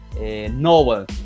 novel